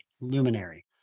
luminary